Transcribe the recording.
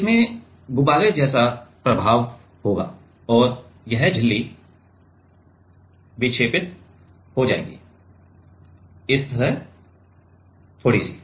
इसमें गुब्बारे जैसा प्रभाव होगा और यह झिल्ली विक्षेपित हो जाएगी इस तरह थोड़ी सी